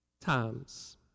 times